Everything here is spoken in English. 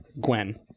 Gwen